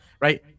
right